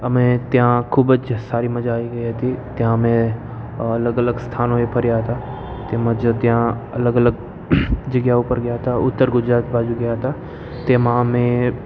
અમે ત્યાં ખૂબ જ સારી મજા આવી ગઈ હતી ત્યાં અમે અલગ અલગ સ્થાનોએ ફર્યા હતા તેમજ ત્યાં અલગ અલગ જગ્યા ઉપર ગયા હતા ઉત્તર ગુજરાત બાજુ ગયા હતા તેમાં અમે